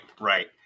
Right